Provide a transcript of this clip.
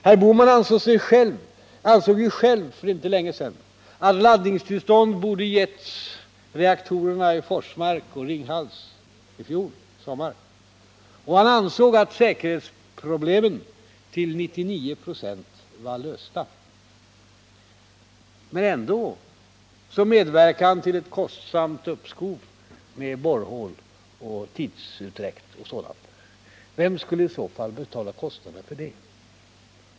Herr Bohman ansåg ju själv för inte länge sedan att laddningstillstånd borde ha givits för reaktorerna i Forsmark och Ringhals i fjol sommar, och han ansåg att säkerhetsproblemen till 99 96 var lösta. Men ändå medverkade han till ett kostsamt uppskov, med borrhål och tidsutdräkt och sådant. Vem skulle i så fall betala kostnaderna för det?